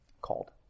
called